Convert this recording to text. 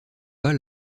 pas